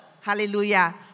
Hallelujah